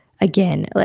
again